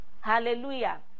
Hallelujah